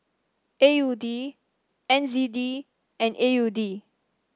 A U D N Z D and A U D